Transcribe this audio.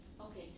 Okay